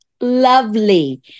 lovely